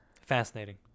Fascinating